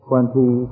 Twenty